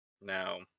Now